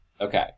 Okay